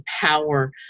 power